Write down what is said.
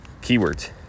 keywords